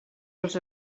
els